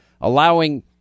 allowing